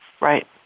Right